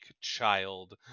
child